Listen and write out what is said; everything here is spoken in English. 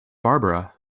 barbara